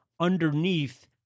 underneath